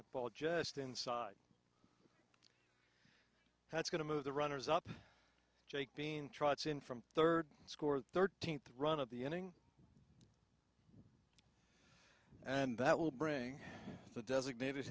a ball just inside that's going to move the runners up jake bean trots in from third scored thirteenth run of the inning and that will bring the designated